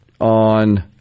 on